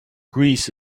greece